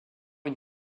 une